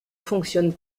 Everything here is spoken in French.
fonctionne